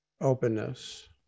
openness